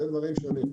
זה דברים שונים.